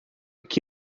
que